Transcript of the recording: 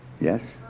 Yes